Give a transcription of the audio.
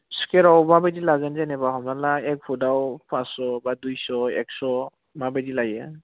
स्कुवेराव माबायदि लागोन जेनेबा हमनानै ला एक फुटआव पास्स' बा दुइस' एकस' माबायदि लायो